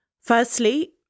Firstly